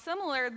similar